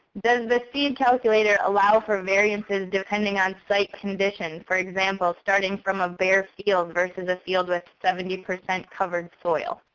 does the seed calculator allow for variances depending on site conditions, for example, starting from a bare field versus a field with seventy percent covered soil?